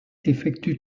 effectue